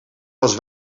was